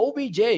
OBJ